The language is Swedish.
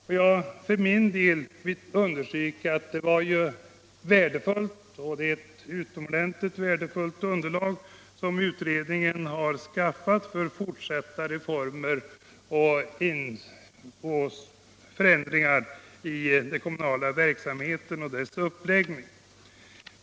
Jag vill för min del understryka att det är ett utomordentligt värdefullt underlag som utredningen har skaffat för fortsatta reformer och förändringar i den kommunala verksamheten och dess uppläggning.